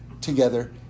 together